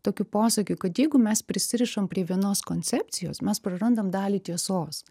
tokiu posakiu kad jeigu mes prisirišam prie vienos koncepcijos mes prarandam dalį tiesos